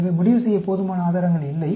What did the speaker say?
எனவே முடிவு செய்ய போதுமான ஆதாரங்கள் இல்லை